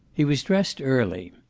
he was dressed early.